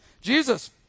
Jesus